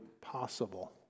possible